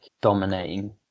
dominating